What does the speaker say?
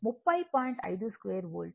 5 2 volt